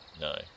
No